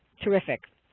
terrific.